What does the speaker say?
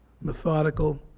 methodical